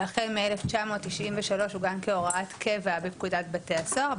והחל מ-1993 הוא גם כהוראת קבע בפקודת בתי הסוהר,